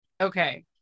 okay